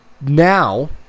now